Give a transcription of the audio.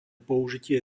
použitie